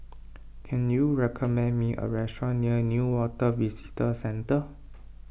can you recommend me a restaurant near Newater Visitor Centre